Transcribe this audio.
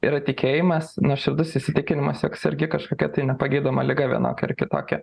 yra tikėjimas nuoširdus įsitikinimas jog sergi kažkokia tai nepagydoma liga vienokia ar kitokia